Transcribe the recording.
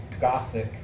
gothic